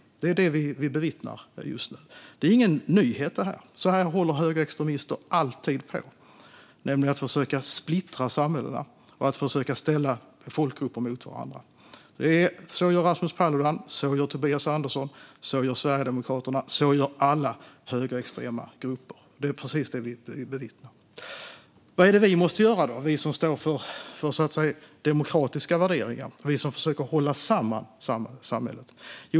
Det är vad vi bevittnar just nu. Det här är ingen nyhet. Så här håller högerextremister alltid på. Det handlar om att försöka splittra samhällena och försöka ställa folkgrupper mot varandra. Så gör Rasmus Paludan, så gör Tobias Andersson, så gör Sverigedemokraterna och så gör alla högerextrema grupper. Det är precis det vi bevittnar. Vad är det då vi måste göra, vi som står för demokratiska värderingar, och vi som försöker att hålla samman samhället?